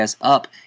up